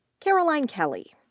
caroline kelley.